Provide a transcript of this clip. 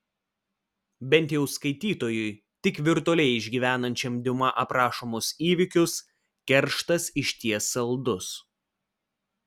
bent jau skaitytojui tik virtualiai išgyvenančiam diuma aprašomus įvykius kerštas išties saldus